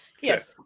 Yes